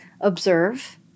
observe